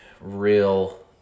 real